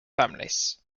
families